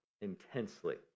intensely